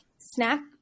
snack